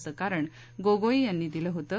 असं कारण गोगोई यांनी दिलं होतं